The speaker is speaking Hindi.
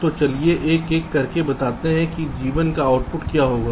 तो चलिए एक एक करके बताते हैं कि G1 का आउटपुट क्या होगा